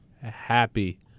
happy